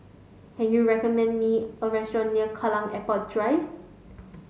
can you recommend me a restaurant near Kallang Airport Drive